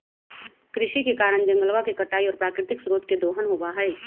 कृषि के कारण जंगलवा के कटाई और प्राकृतिक स्रोत के दोहन होबा हई